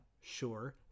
sure